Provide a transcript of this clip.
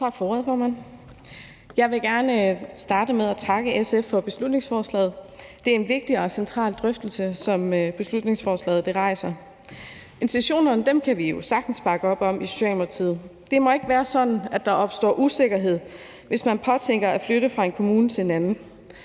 Jeg vil gerne starte med at takke SF for beslutningsforslaget. Det er en vigtig og central drøftelse, som beslutningsforslaget rejser. Intentionerne kan vi i Socialdemokratiet sagtens bakke op om. Det må ikke være sådan, at der opstår usikkerhed, hvis man påtænker at flytte fra én kommune til en anden.